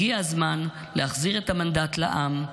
הגיע הזמן להחזיר את המנדט לעם,